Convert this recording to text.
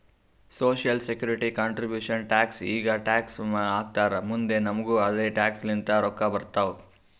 social security contribution tax ಈಗ tax ಹಾಕ್ತಾರ್ ಮುಂದ್ ನಮುಗು ಅದೆ ಟ್ಯಾಕ್ಸ್ ಲಿಂತ ರೊಕ್ಕಾ ಬರ್ತಾವ್